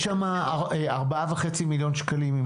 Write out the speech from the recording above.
יש שמה 4.5 מיליארד שקלים.